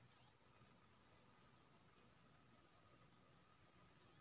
बचत खाता के चालू खाता में केना बदलल जेतै?